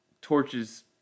torches